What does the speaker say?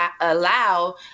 allow